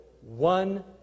one